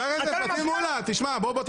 לא.